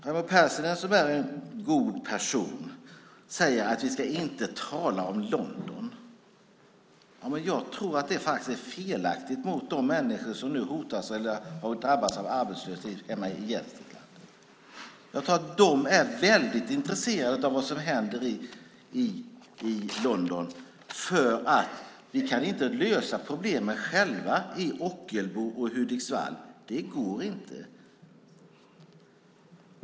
Raimo Pärssinen, som är en god person, säger att vi inte ska tala om London. Jag tror att det är fel mot de människor som hotas eller har drabbats av arbetslöshet i Gävleborg. Jag tror att de är väldigt intresserade av vad som händer i London eftersom vi inte kan lösa problemet själva i Ockelbo och Hudiksvall; det går inte.